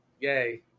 yay